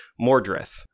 Mordrith